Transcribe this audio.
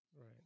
Right